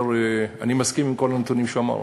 אני מסכים עם כל הנתונים שהוא אמר.